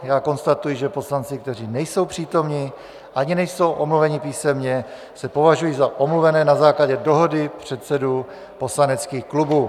Já konstatuji, že poslanci, kteří nejsou přítomni ani nejsou omluveni písemně, se považují za omluvené na základě dohody předsedů poslaneckých klubů.